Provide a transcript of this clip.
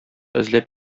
эзләп